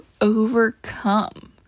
overcome